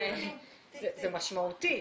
זה משמעותי.